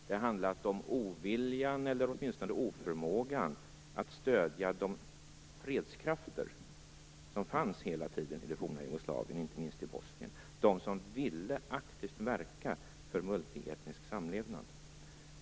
Det har handlat om oviljan, eller åtminstone oförmågan, att stödja de fredskrafter som hela tiden fanns i det forna Jugoslavien, inte minst i Bosnien - de krafter som aktivt ville verka för multietnisk samlevnad.